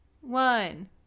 one